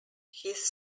his